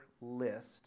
list